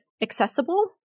accessible